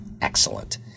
excellent